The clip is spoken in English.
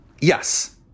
Yes